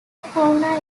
fauna